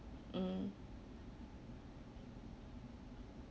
mm